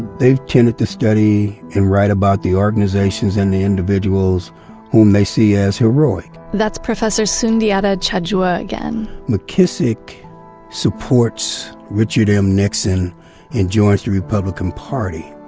they've tended to study and write about the organizations and the individuals whom they see as heroic that's professor sundiata cha jua again mckissick supports richard m. nixon and joins the republican party.